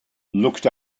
looked